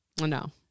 No